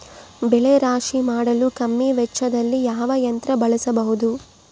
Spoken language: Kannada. ಬೆಳೆ ರಾಶಿ ಮಾಡಲು ಕಮ್ಮಿ ವೆಚ್ಚದಲ್ಲಿ ಯಾವ ಯಂತ್ರ ಬಳಸಬಹುದು?